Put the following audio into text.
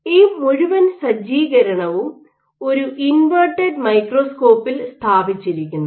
ഈ മുഴുവൻ സജ്ജീകരണവും ഒരു ഇൻവെർട്ടഡ് മൈക്രോസ്കോപ്പിൽ സ്ഥാപിച്ചിരിക്കുന്നു